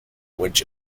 which